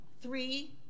three